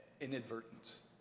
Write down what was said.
inadvertence